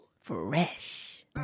fresh